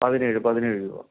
പതിനേഴ് പതിനേഴ് രൂപ